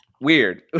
Weird